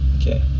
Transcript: Okay